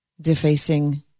defacing